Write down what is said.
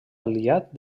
aliat